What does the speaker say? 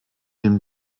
dem